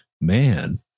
man